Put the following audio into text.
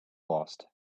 lost